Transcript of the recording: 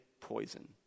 poison